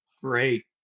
great